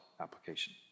application